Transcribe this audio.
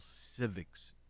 Civics